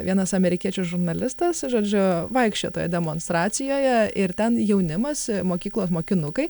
vienas amerikiečių žurnalistas žodžiu vaikščiojo toje demonstracijoje ir ten jaunimas mokyklos mokinukai